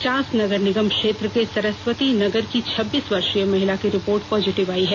चास नगर निगम क्षेत्र के सरस्वती नगर की छब्बीस वर्षीय महिला की रिपोर्ट पॉजिटिव आयी है